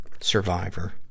survivor